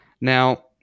Now